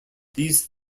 these